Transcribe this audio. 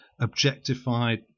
objectified